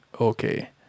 okay